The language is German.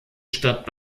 stadt